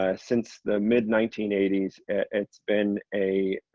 ah since the mid nineteen eighty s. it's been a